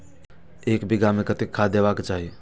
एक बिघा में कतेक खाघ देबाक चाही?